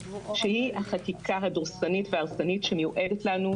שהיא החקיקה הדורסנית וההרסנית שמיועדת לנו,